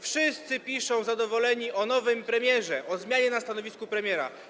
Wszyscy piszą zadowoleni o nowym premierze, o zmianie na stanowisku premiera.